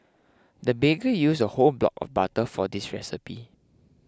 the baker used a whole block of butter for this recipe